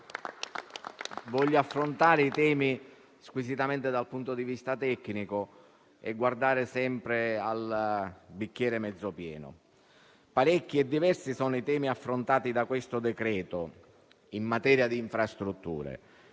voglio affrontare i temi squisitamente dal punto di vista tecnico e guardare sempre al bicchiere mezzo pieno. Parecchi e diversi sono i temi affrontati da questo decreto-legge in materia di infrastrutture.